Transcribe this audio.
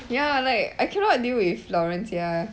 ya like I cannot deal with 老人家